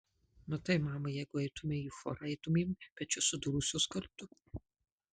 matai mama jeigu eitumei į chorą eitumėm pečius sudūrusios kartu